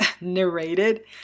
narrated